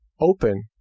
open